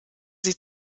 sie